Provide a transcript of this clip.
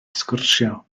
sgwrsio